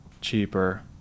cheaper